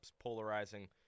polarizing